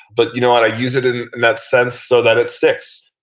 but you know i'd use it in that sense so that it sticks.